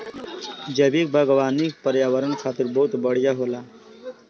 जैविक बागवानी पर्यावरण खातिर बहुत बढ़िया होला